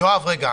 יואב, רגע.